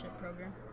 program